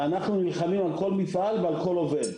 ואנחנו נלחמים על כל מפעל ועל כל עובד.